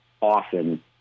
often